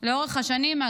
לאורך השנים,